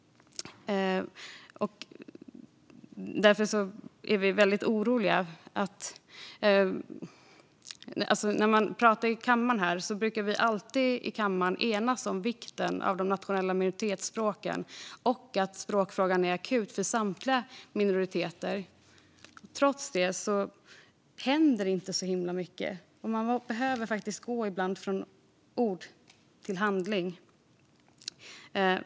Vi är väldigt oroliga. Kammaren brukar alltid vara enig om vikten av de nationella minoritetsspråken och om att språkfrågan är akut för samtliga minoriteter. Trots det händer inte särskilt mycket. Ibland behöver man faktiskt gå från ord till handling.